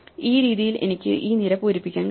ഈ രീതിയിൽ എനിക്ക് ഈ നിര പൂരിപ്പിക്കാൻ കഴിയും